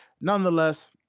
Nonetheless